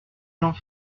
jean